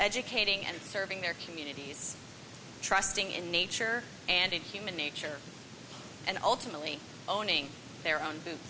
educating and serving their communities trusting in nature and in human nature and ultimately owning their own foo